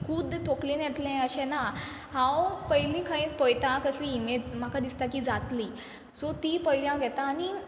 खुद्द तोकलेन येतलें अशें ना हांव पयली खंय पयता कसली इमेत म्हाका दिसता की जातली सो ती पयली हांव घेता आनी